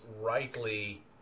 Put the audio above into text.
rightly